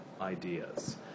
ideas